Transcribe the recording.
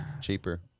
Cheaper